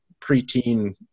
preteen